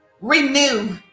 renew